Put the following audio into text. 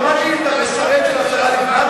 הרי מה נהיית, משרת של השרה לבנת?